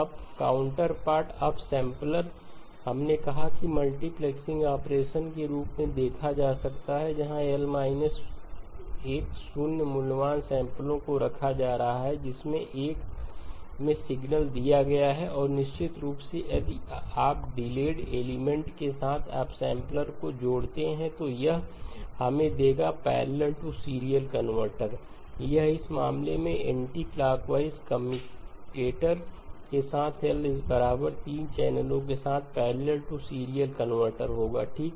अब counterpart upsampler हमने कहा कि इसे मल्टीप्लेक्सिंग ऑपरेशन के रूप में देखा जा सकता है जहां L 1 शून्य मूल्यवान सैंपलो को रखा जा रहा है जिसमें इस एक में सिग्नल दिया गया है और निश्चित रूप से यदि आप डिलेड एलिमेंट के साथ अपसैंपलर को जोड़ते हैं तो यह हमें देगा पैरलल टू सीरियल कनवर्टरर यह इस मामले में यह एंटी क्लॉकवाइज कम्यूटेटर के साथ L 3 चैनलों के साथ पैरलल टू सीरियल कनवर्टरर होगा ठीक